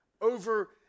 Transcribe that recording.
over